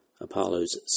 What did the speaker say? Apollos